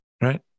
Right